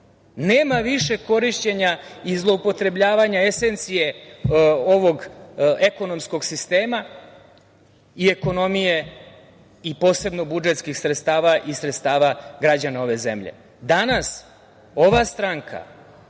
Nema više korišćenja i zloupotrebljavanja esencije ovog ekonomskog sistema i ekonomije i posebno budžetskih sredstava i sredstava građana ove zemlje. Danas ova stranka